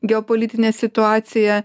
geopolitinė situacija